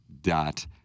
dot